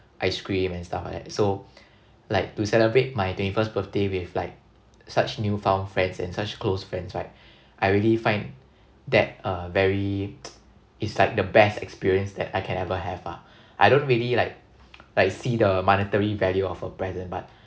ice cream and stuff like that so like to celebrate my twenty first birthday with like such new found friends and such close friends right I really find that a very it's like the best experience that I can ever have lah I don't really like like see the monetary value of a present but